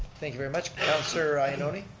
thank you very much. councilor ioannoni?